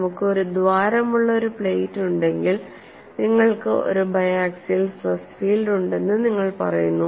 നമുക്ക് ഒരു ദ്വാരമുള്ള ഒരു പ്ലേറ്റ് ഉണ്ടെങ്കിൽ നിങ്ങൾക്ക് ഒരു ബയാക്സിയൽ സ്ട്രെസ് ഫീൽഡ് ഉണ്ടെന്ന് നിങ്ങൾ പറയുന്നു